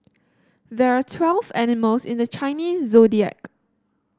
there are twelve animals in the Chinese Zodiac